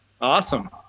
Awesome